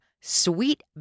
Sweet